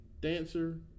dancer